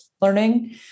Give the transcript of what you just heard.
learning